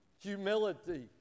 humility